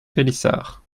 pélissard